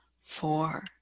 four